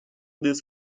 this